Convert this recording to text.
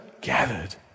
gathered